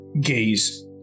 gaze